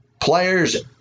Players